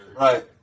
Right